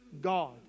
God